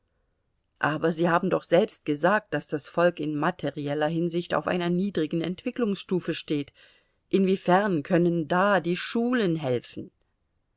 aber sie haben doch selbst gesagt daß das volk in materieller hinsicht auf einer niedrigen entwicklungsstufe steht inwiefern können da die schulen helfen